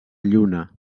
lluna